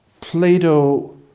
Plato